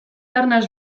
arnas